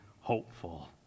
hopeful